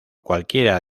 cualquiera